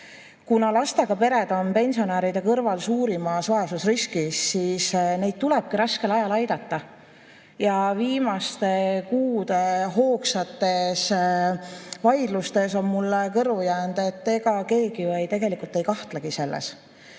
Kuna lastega pered on pensionäride kõrval suurimas vaesusriskis, siis neid tulebki raskel ajal aidata. Viimaste kuude hoogsates vaidlustes on mulle kõrvu jäänud, et ega keegi ju tegelikult ei kahtlegi selles.